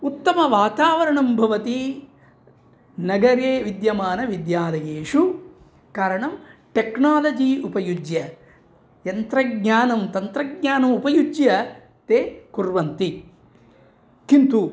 उत्तमवातावरणं भवति नगरे विद्यमान विद्यालयेषु कारणं टेक्नालजी उपयुज्य यन्त्रज्ञानं तन्त्रज्ञाम् उपयुज्य ते कुर्वन्ति किन्तु